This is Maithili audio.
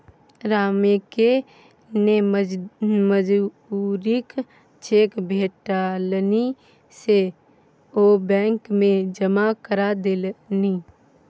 रामकेँ जे मजूरीक चेक भेटलनि से ओ बैंक मे जमा करा देलनि